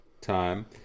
time